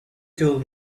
told